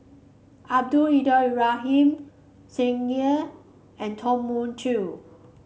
Abdul Ibrahim Tsung Yeh and Tom Mun Chee